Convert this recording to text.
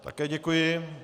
Také děkuji.